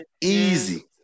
Easy